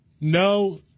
no